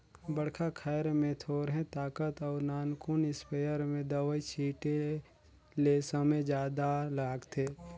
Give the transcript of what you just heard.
बड़खा खायर में थोरहें ताकत अउ नानकुन इस्पेयर में दवई छिटे ले समे जादा लागथे